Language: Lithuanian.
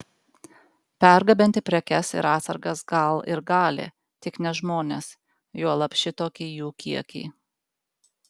pergabenti prekes ir atsargas gal ir gali tik ne žmones juolab šitokį jų kiekį